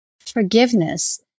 forgiveness